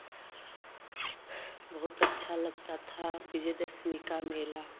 बहुत अच्छा लगता था विजयदशमी का मेला